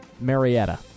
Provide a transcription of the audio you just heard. Marietta